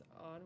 on